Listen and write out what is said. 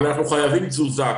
אבל אנחנו חייבים תזוזה.